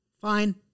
fine